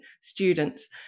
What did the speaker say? students